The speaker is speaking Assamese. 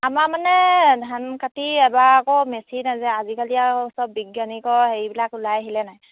আমাৰ মানে ধান কাটি এবাৰ আকৌ মেচিনে যে আজিকালি আৰু সব বিজ্ঞানিকৰ হেৰিবিলাক ওলাই আহিলে নাই